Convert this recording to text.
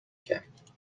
کرد